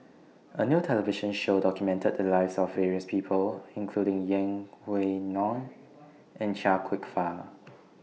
A New television Show documented The Lives of various People including Yeng Pway Ngon and Chia Kwek Fah